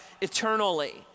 eternally